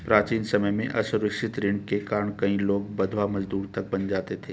प्राचीन समय में असुरक्षित ऋण के कारण कई लोग बंधवा मजदूर तक बन जाते थे